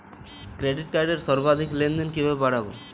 Credit কার্ডের সর্বাধিক লেনদেন কিভাবে বাড়াবো?